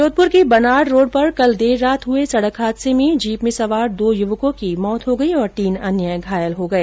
जोधपुर की बनाड़ रोड पर कल देर रात हुए सड़क हादसे में जीप में सवार दो युवकों की मौत हो गई और तीन घायल हो गए